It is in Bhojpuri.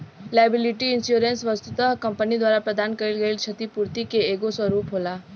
लायबिलिटी इंश्योरेंस वस्तुतः कंपनी द्वारा प्रदान कईल गईल छतिपूर्ति के एगो स्वरूप होला